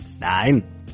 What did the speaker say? nine